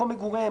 מקום מגוריהם,